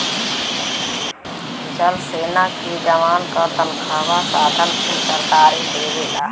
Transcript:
जल सेना के जवान क तनखा साधन कुल सरकारे देवला